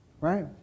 Right